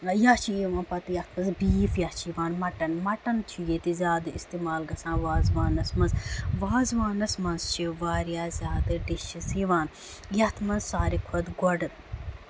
یا چھُ یِوان یَتھ منٛز بیٖف یا چھُ یِوان مَٹن مٹن چھُ ییٚتہِ زیادٕ اِستعمال گژھان وازوانَس منٛز وازوانَس منٛز چھِ واریاہ زیادٕ ڈِشِز یِوان یتھ منٛز ساروی کھۄتہٕ گۄڈٕ